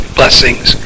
blessings